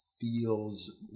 feels